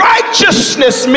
Righteousness